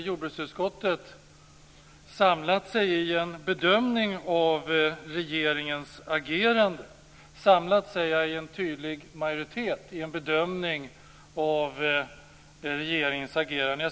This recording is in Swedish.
Jordbruksutskottet har i en tydlig majoritet samlat sig kring en bedömning av regeringens agerande.